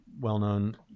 well-known